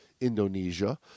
Indonesia